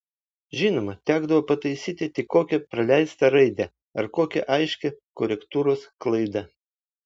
žinoma tekdavo pataisyti tik kokią praleistą raidę ar kokią aiškią korektūros klaidą